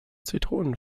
zitronen